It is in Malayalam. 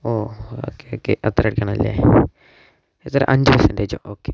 ഓഹ് ഓക്കെ ഓക്കെ അത്രയൊക്കെയാണല്ലേ എത്ര അഞ്ച് പെർസെൻ്റേജോ ഓക്കെ